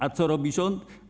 A co robi rząd?